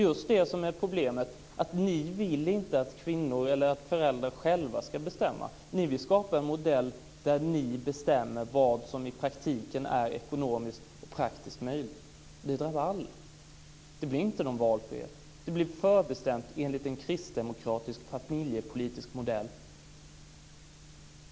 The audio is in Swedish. Problemet är just att ni inte vill att föräldrar själva ska bestämma, utan ni vill skapa en modell där ni bestämmer vad som är ekonomiskt och praktiskt möjligt. Detta drabbar alla. Det blir inte någon valfrihet, utan det hela blir förbestämt enligt en kristdemokratisk familjepolitisk modell.